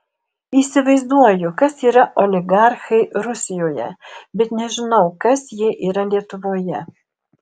įsivaizduoju kas yra oligarchai rusijoje bet nežinau kas jie yra lietuvoje